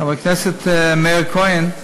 חבר הכנסת מאיר כהן,